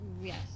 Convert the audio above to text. Yes